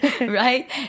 Right